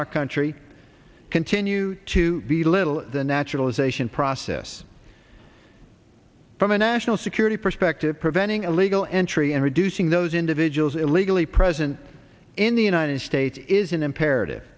our country continue to be little the naturalization process from a national security perspective preventing illegal entry and reducing those individuals illegally present in the united states is an imperative